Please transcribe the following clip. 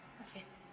okay